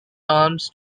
alms